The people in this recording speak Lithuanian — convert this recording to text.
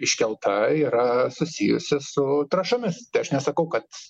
iškelta yra susijusi su trąšomis aš nesakau kad